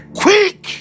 quick